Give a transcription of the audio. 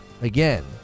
Again